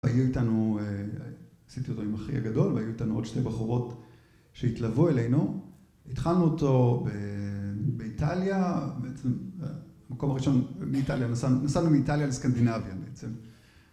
היו איתנו, עשיתי אותו עם אחי הגדול, והיו איתנו עוד שתי בחורות שהתלוו אלינו, התחלנו אותו באיטליה, המקום הראשון, נסענו מאיטליה לסקנדינביה בעצם.